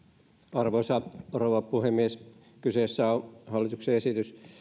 arvoisa rouva puhemies kyseessä on hallituksen esitys